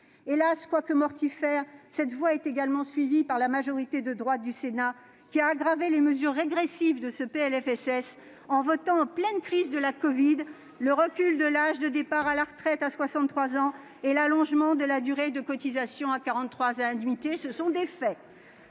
Hélas, quoique mortifère, cette voie est également suivie par la majorité de droite du Sénat qui a aggravé les mesures régressives de ce PLFSS en votant, en pleine crise de la covid, le recul de l'âge de départ à la retraite à 63 ans et l'allongement de la durée de cotisations à 43 annuités. Ce sont les faits,